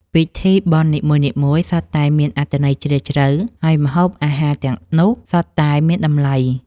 ពិធីបុណ្យនីមួយៗសុទ្ធតែមានអត្ថន័យជ្រាលជ្រៅ ហើយម្ហូបអាហារទាំងនោះសុទ្ធតែមានតម្លៃ។